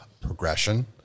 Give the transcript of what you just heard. progression